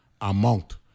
amount